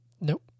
Nope